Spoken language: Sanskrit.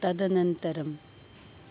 तदनन्तरम्